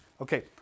Okay